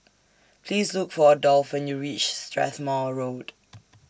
Please Look For Adolf when YOU REACH Strathmore Road